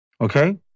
Okay